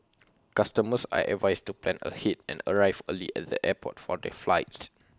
customers are advised to plan ahead and arrive early at the airport for their flights